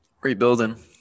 rebuilding